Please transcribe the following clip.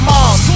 Mom